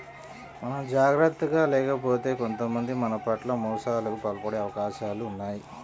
మనం జాగర్తగా లేకపోతే కొంతమంది మన పట్ల మోసాలకు పాల్పడే అవకాశాలు ఉన్నయ్